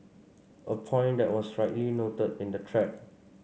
a point that was rightly noted in the thread